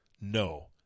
No